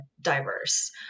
diverse